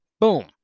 Boom